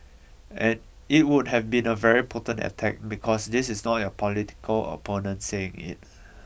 and it would have been a very potent attack because this is not your political opponent saying it